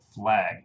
flag